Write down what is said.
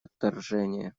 отторжение